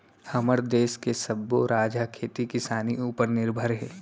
हमर देस के सब्बो राज ह खेती किसानी उपर निरभर हे